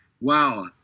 wow